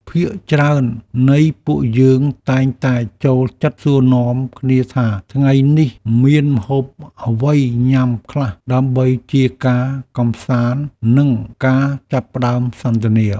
ភាគច្រើននៃពួកយើងតែងតែចូលចិត្តសួរនាំគ្នាថាថ្ងៃនេះមានម្ហូបអ្វីឆ្ងាញ់ខ្លះដើម្បីជាការកម្សាន្តនិងការចាប់ផ្តើមសន្ទនា។